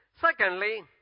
Secondly